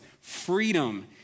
freedom